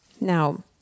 Now